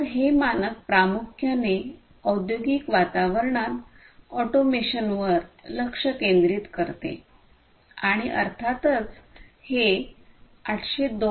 तर हे मानक प्रामुख्याने औद्योगिक वातावरणात ऑटोमेशनवर लक्ष केंद्रित करते आणि अर्थातच हे 802